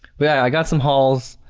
yeah, i got some halls,